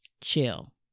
chill